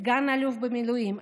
סגן אלוף במילואים,